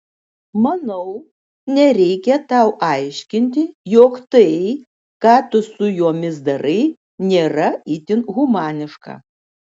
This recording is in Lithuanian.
manau nereikia tau aiškinti jog tai ką tu su jomis darai nėra itin humaniška